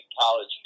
college